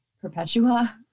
Perpetua